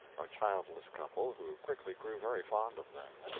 a childless couple, who quickly grew very fond of them.